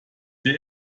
der